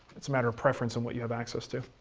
it's a matter of preference and what you have access to.